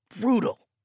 brutal